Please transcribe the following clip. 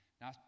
Now